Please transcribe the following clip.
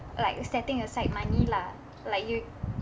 like setting aside money lah like you